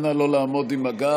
אנא לא לעמוד עם הגב,